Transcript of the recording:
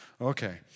Okay